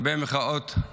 הרבה מחיאות כפיים,